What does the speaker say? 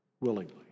willingly